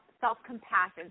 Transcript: self-compassion